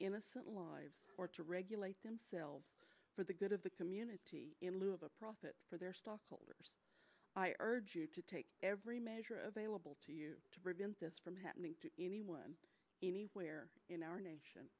innocent lives or to regulate themselves for the good of the community in lieu of a profit for their stockholders i urge you to take every measure available to you to prevent this from happening to anyone anywhere in our nation